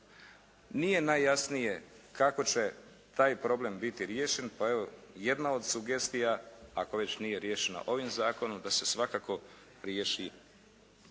Nije najjasnije kako će taj problem biti riješen. Pa evo, jedna sugestija ako već nije riješena ovim zakonom da se svakako riješi